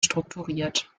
strukturiert